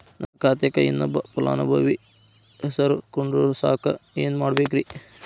ನನ್ನ ಖಾತೆಕ್ ಇನ್ನೊಬ್ಬ ಫಲಾನುಭವಿ ಹೆಸರು ಕುಂಡರಸಾಕ ಏನ್ ಮಾಡ್ಬೇಕ್ರಿ?